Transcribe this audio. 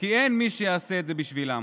כי אין מי שיעשה את זה בשבילם.